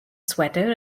sweater